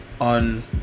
on